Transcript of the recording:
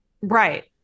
Right